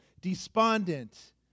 despondent